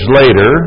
later